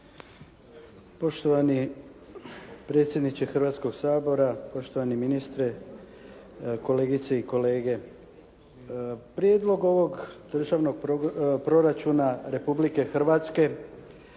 Poštovani predsjedniče Hrvatskoga sabora, poštovani ministre, kolegice i kolege. Prijedlog ovog Državnog proračuna Republike Hrvatske